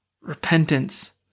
repentance